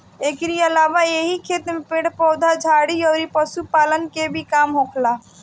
एकरी अलावा एही खेत में पेड़ पौधा, झाड़ी अउरी पशुपालन के भी काम होखेला